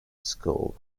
school